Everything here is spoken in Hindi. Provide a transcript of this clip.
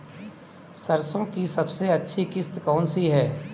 सरसो की सबसे अच्छी किश्त कौन सी है?